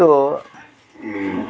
ᱛᱳ